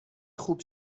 خوب